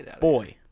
boy